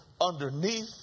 underneath